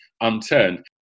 unturned